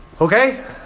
Okay